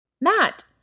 Matt